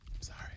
sorry